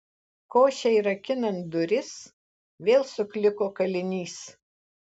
košei rakinant duris vėl sukliko kalinys